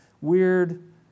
weird